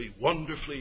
wonderfully